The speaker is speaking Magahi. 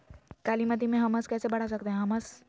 कालीमती में हमस कैसे बढ़ा सकते हैं हमस?